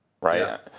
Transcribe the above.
right